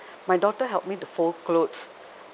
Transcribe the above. my daughter help me to fold clothes